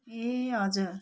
ए हजुर